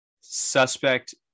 suspect –